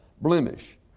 blemish